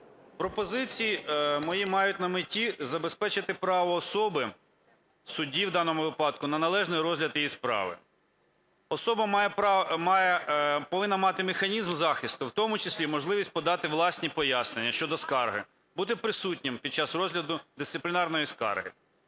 Пропозиції мої мають на меті забезпечити право особи, судді в даному випадку, на належний розгляд її справи. Особа повинна мати механізм захисту, в тому числі можливість подати власні пояснення щодо скарги, бути присутнім під час розгляду дисциплінарної скарги.